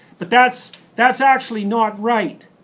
but that's that's actually not right.